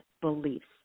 beliefs